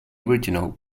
original